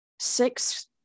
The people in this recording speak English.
six